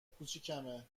کوچیکمه